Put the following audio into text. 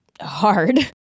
hard